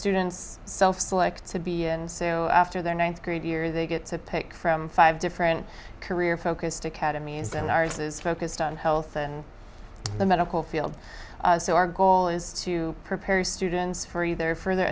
students self selected after their ninth grade year they get to pick from five different career focused academies and ours is focused on health and the medical field so our goal is to prepare students for either further